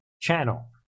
channel